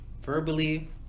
verbally